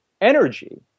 energy